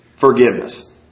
forgiveness